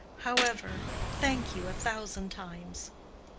however thank you a thousand times.